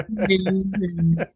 amazing